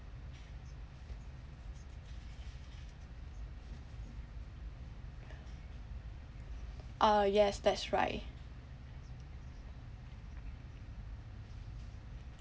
ah yes that's right